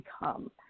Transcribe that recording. become